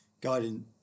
guiding